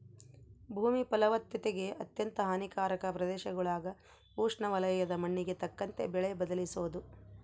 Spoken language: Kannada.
ಭೂಮಿ ಫಲವತ್ತತೆಗೆ ಅತ್ಯಂತ ಹಾನಿಕಾರಕ ಪ್ರದೇಶಗುಳಾಗ ಉಷ್ಣವಲಯದ ಮಣ್ಣಿಗೆ ತಕ್ಕಂತೆ ಬೆಳೆ ಬದಲಿಸೋದು